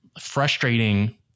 frustrating